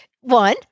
one